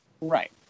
Right